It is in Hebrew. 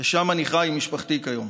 ושם אני חי עם משפחתי כיום.